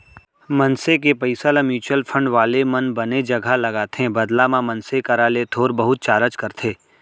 मनसे के पइसा ल म्युचुअल फंड वाले मन बने जघा लगाथे बदला म मनसे करा ले थोर बहुत चारज करथे